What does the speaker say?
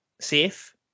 safe